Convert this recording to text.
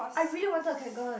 I really wanted a kanken